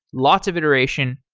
lots of iteration,